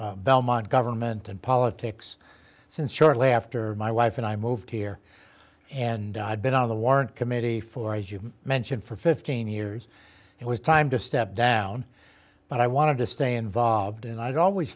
in belmont government and politics since shortly after my wife and i moved here and i've been on the warrant committee for as you mentioned for fifteen years it was time to step down but i wanted to stay involved and i've always